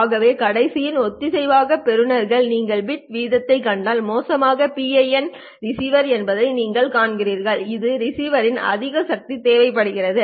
ஆகவே கடைசியாக ஒத்திசைவான பெறுநர்கள் நீங்கள் பிட் வீதத்தைக் கண்டால் மோசமான PIN ரிசீவர் என்பதை நீங்கள் காண்கிறீர்கள் இது ரிசீவரில் அதிக சக்தி தேவைப்படுகிறது